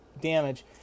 damage